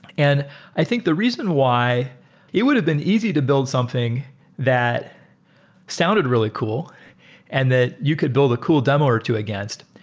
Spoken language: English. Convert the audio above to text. and i think the reason why it would've been easy to build something that sounded really cool and that you could build a cool demo or two against.